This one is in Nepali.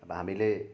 अब हामीले